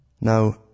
Now